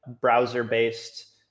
browser-based